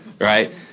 right